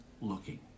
looking